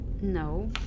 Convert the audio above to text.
No